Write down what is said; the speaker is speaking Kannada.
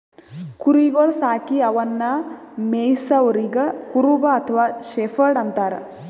ಕುರಿಗೊಳ್ ಸಾಕಿ ಅವನ್ನಾ ಮೆಯ್ಸವರಿಗ್ ಕುರುಬ ಅಥವಾ ಶೆಫರ್ಡ್ ಅಂತಾರ್